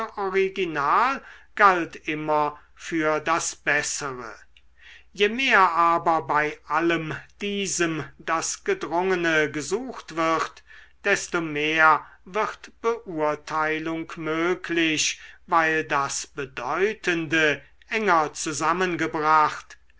original galt immer für das bessere je mehr aber bei allem diesem das gedrungene gesucht wird desto mehr wird beurteilung möglich weil das bedeutende enger zusammengebracht